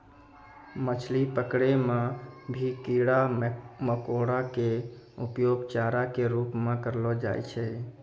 मछली पकड़ै मॅ भी कीड़ा मकोड़ा के उपयोग चारा के रूप म करलो जाय छै